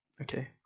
Okay